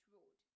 Road